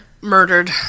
murdered